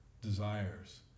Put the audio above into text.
desires